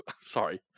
Sorry